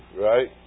right